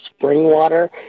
Springwater